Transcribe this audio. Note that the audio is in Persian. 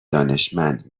دانشمند